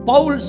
Paul